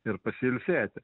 ir pasilsėti